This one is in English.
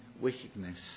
wickedness